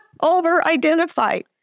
over-identified